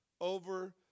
over